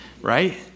right